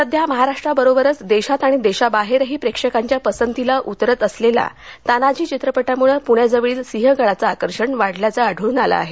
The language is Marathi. सध्या महाराष्ट्राबरोबरच देशात आणि देशाबाहेरही प्रेक्षकांच्या पसंतीला उतरत असलेल्या तान्हाजी चित्रपटामुळं प्ण्याजवळील सिंहगडाचं आकर्षण वाढल्याचं आढळ्न आलं आहे